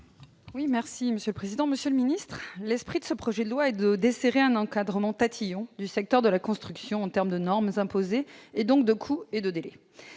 pour présenter l'amendement n° 685 rectifié. L'esprit de ce projet de loi est de desserrer un encadrement tatillon du secteur de la construction en termes de normes imposées, et donc de coûts et de délais.